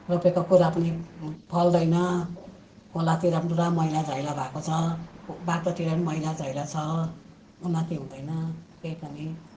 रोपेको कुरा पनि फल्दैन खोलातिर पनि पुरा मैलाधैला भएको छ बाटोतिर पनि मैलाधैला छ उन्नति हुँदैन केही पनि